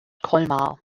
colmar